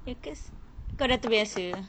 because kau dah terbiasa